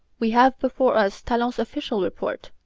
we have before us talon's official report.